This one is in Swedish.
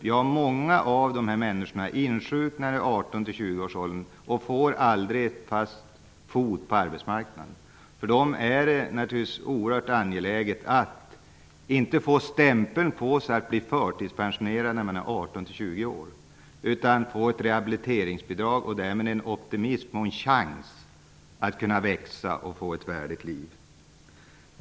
Ja, många av de här människorna insjuknar i 18--20-årsåldern och får aldrig ordentligt fotfäste på arbetsmarknaden. För dem är det naturligtvis oerhört angeläget att de inte får stämpeln på sig att de är förtidspensionerade när de är 18--20 år. Det är i stället viktigt att de får ett rehabiliteringsbidrag. Därmed kan de känna optimism och få en chans att växa och få ett värdigt liv.